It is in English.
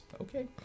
Okay